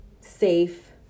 safe